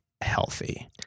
healthy